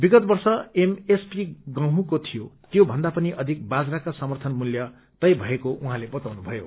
विगत वर्ष एमएसपी गहुँको थियो त्यो भन्दा पनि अधिक बाजराका समर्थनमूल्य तय भएको उझँले बताउनुभयो